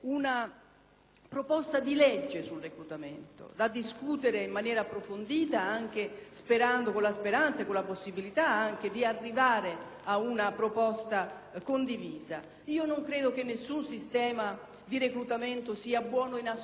disegno di legge sul reclutamento da discutere in maniera approfondita, con la speranza e con la possibilità di arrivare ad una proposta condivisa. Credo che nessun sistema di reclutamento sia buono in assoluto;